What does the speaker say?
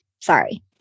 sorry